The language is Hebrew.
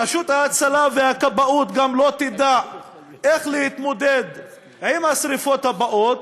רשות ההצלה והכבאות לא תדע איך להתמודד עם השרפות הבאות,